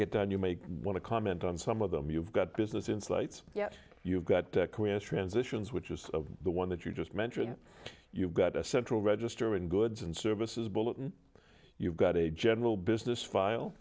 get done you may want to comment on some of them you've got business insights yet you've got careers transitions which is the one that you just mentioned you've got a central register and goods and services bulletin you've got a general business file